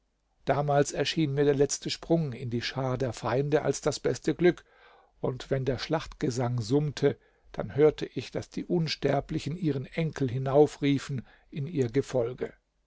damals erschien mir der letzte sprung in die schar der feinde als das beste glück und wenn der schlachtgesang summte dann hörte ich daß die unsterblichen ihren enkel hinaufriefen in ihr gefolge